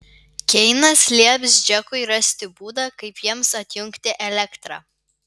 keinas lieps džekui rasti būdą kaip jiems atjungti elektrą